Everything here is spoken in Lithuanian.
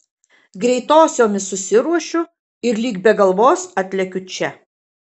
greitosiomis susiruošiu ir lyg be galvos atlekiu čia